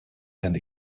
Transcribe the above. and